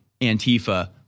Antifa